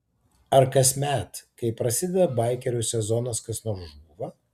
ar kasmet kai prasideda baikerių sezonas kas nors žūva